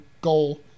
goal